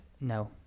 no